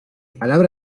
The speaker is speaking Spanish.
palabra